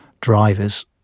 drivers